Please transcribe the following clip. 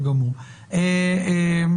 האזוריות,